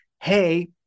hey